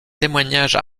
témoignages